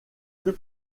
plus